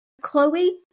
Chloe